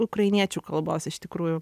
ukrainiečių kalbos iš tikrųjų